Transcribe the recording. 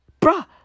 Bruh